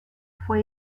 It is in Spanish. fue